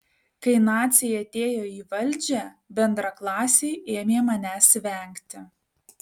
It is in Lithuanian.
kai naciai atėjo į valdžią bendraklasiai ėmė manęs vengti